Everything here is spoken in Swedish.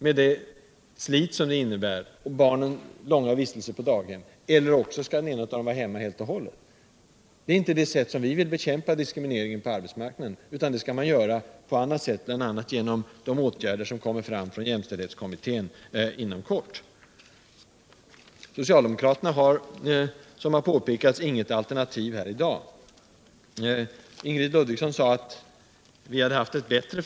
med det slit som det innebär och de långa vistelser på daghem som det medför för barnen, och att en av dem är hemma helt och hållet. Det är inte på det sättet vi vill bekämpa diskriminering på arbetsmarknaden. Det skall man göra på annat sätt, bl.a. genom att vidta sådana åtgärder som jämställdhetskommittén inom kort kommer att föreslå. Socialdemokraterna har inget alternativ till det förslag som behandlas här i dap, vilket också har påpekats udigare i debatten.